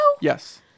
Yes